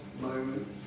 moment